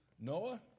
Noah